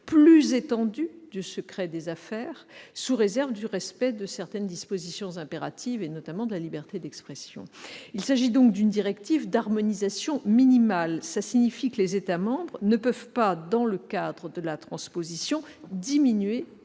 protection du secret des affaires plus étendue, sous réserve du respect de certaines dispositions impératives, notamment de la liberté d'expression. Il s'agit donc d'une directive d'harmonisation minimale. Cela signifie que les États membres ne peuvent pas, dans le cadre de la transposition, diminuer la protection